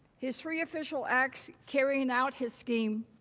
his three official acts carrying out his scheme,